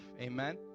amen